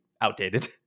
outdated